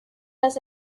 las